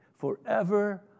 forever